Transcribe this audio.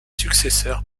successeurs